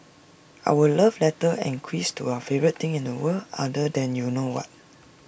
our love letter and quiz to our favourite thing in the world other than you know what